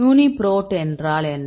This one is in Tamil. யூனிபிரோட் என்றால் என்ன